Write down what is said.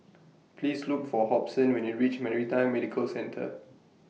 Please Look For Hobson when YOU REACH Maritime Medical Centre